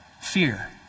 Fear